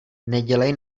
nedělej